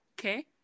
okay